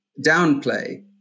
downplay